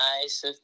nice